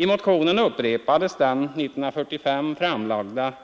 I motionen upprepas den 1945 framlagda